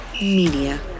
Media